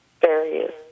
various